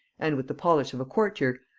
and with the polish of a courtier,